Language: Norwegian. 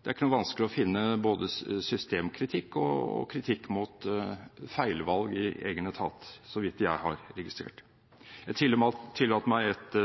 Det er ikke noe vanskelig å finne både systemkritikk og kritikk mot feilvalg i egen etat, så vidt jeg har registrert. Jeg tillater meg et